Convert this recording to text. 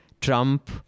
Trump